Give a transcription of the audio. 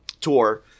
tour